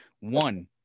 One